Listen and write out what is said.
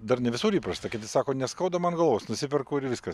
dar ne visur įprasta kiti sako neskauda man galvos nusiperku ir viskas